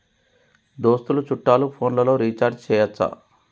దోస్తులు చుట్టాలు ఫోన్లలో రీఛార్జి చేయచ్చా?